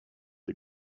the